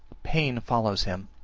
pain follows him,